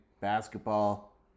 basketball